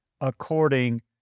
according